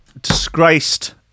disgraced